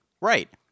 Right